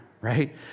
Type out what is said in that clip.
right